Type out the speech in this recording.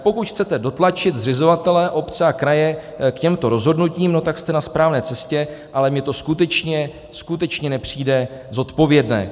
Pokud chcete dotlačit zřizovatele obce a kraje k těmto rozhodnutím, tak jste na správné cestě, ale mně to skutečně nepřijde zodpovědné.